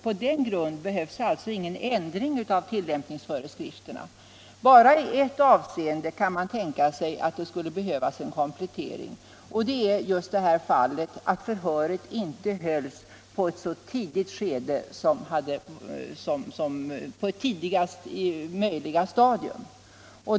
På den grunden behövs alltså ingen ändring av tilllämpningsföreskrifterna. Bara 1 ett avseende kan man'tänka sig att det skulle behövas en komplettering och det är i det fallet att förhör inte hölls på tidigaste möjliga stadium.